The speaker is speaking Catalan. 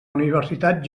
universitat